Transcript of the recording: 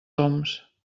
oms